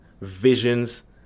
visions